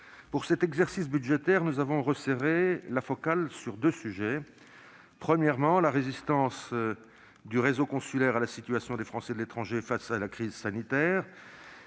pour cet exercice budgétaire, nous avons resserré notre focale sur deux sujets. Je traiterai du premier, à savoir la résistance du réseau consulaire et la situation des Français de l'étranger face à la crise sanitaire